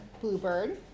Bluebird